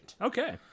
Okay